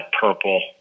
Purple